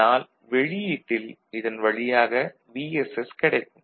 அதனால் வெளியீட்டில் இதன் வழியாக VSS கிடைக்கும்